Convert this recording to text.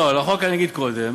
לא, על החוק אני אגיד קודם.